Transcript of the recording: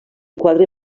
quadre